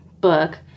book